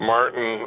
Martin